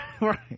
right